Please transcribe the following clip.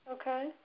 okay